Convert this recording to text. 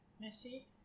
Missy